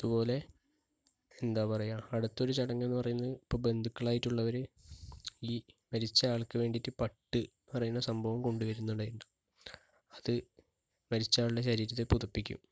അതുപോലെ എന്താപറയുക അടുത്തൊരു ചടങ്ങ് എന്ന് പറയുന്നത് ഇപ്പോൾ ബന്ധുക്കളായിട്ടുള്ളവർ ഈ മരിച്ച ആൾക്ക് വേണ്ടിയിട്ട് പട്ട് എന്ന് പറയുന്ന സംഭവം കൊണ്ടുവരുന്ന അത് മരിച്ച ആളുടെ ശരീരത്തിൽ പുതപ്പിക്കും